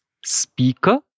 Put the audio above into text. speaker